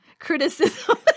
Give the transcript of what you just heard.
criticism